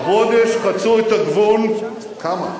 החודש חצו את הגבול, כמה?